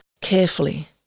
carefully